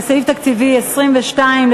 לסעיף תקציבי 22,